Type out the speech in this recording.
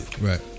Right